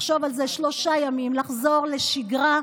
לחשוב על זה שלושה ימים, לחזור לשגרה.